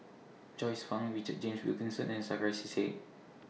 Joyce fan Richard James Wilkinson and Sarkasi Said